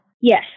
Yes